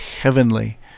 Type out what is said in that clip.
heavenly